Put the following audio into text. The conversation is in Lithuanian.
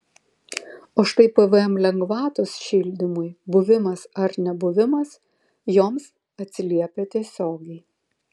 o štai pvm lengvatos šildymui buvimas ar nebuvimas joms atsiliepia tiesiogiai